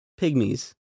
Pygmies